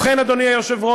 ובכן, אדוני היושב-ראש,